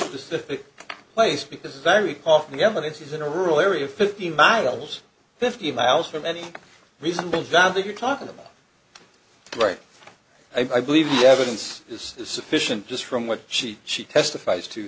specific place because very often the evidence is in a rural area fifty miles fifty miles from any reasonable doubt that you're talking about right i believe the evidence is sufficient just from what she she testifies to